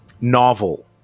novel